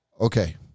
Okay